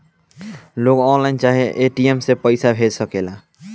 लोग ऑनलाइन चाहे ए.टी.एम से पईसा भेज सकेला